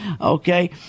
okay